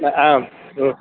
ಹಾಂ ಇದು